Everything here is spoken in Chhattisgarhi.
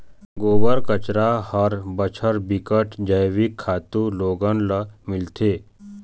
गोबर, कचरा हर बछर बिकट जइविक खातू लोगन ल मिलथे